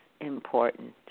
important